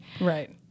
right